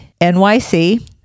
NYC